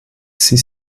sie